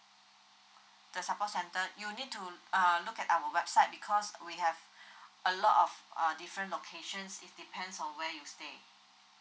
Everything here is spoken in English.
the support center you need to uh look at our website because we have a lot of uh different locations is depends on where you stay